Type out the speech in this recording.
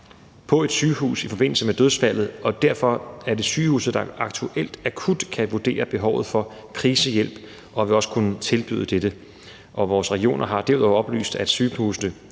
på et sygehus i forbindelse med dødsfaldet, og derfor er det sygehuset, der aktuelt akut kan vurdere behovet for krisehjælp og også vil kunne tilbyde denne. Og vores regioner har derudover oplyst, at sygehusene